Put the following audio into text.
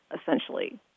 essentially